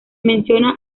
menciona